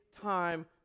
time